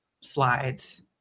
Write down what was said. slides